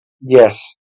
Yes